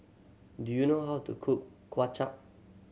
do you know how to cook Kway Chap